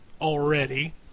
already